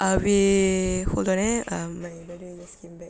abeh hold on eh um my brother just came back